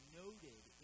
noted